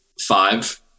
five